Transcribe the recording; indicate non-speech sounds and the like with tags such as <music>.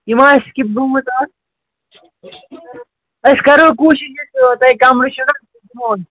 یہِ مَہ آسہِ سِکِپ گوٚمُت اَتھ أسۍ کَرو کوٗشِش <unintelligible> تۄہہِ <unintelligible>